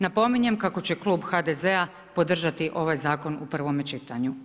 Napominjem kako će klub HDZ-a podržati ovaj Zakon u prvome čitanju.